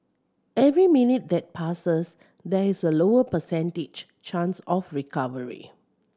every minute that passes there is a lower percentage chance of recovery